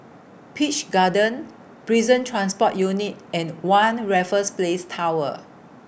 Peach Garden Prison Transport Unit and one Raffles Place Tower